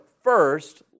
first